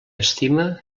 estima